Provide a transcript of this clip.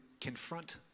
confront